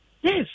Yes